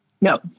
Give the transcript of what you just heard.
no